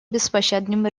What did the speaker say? беспощадным